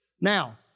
Now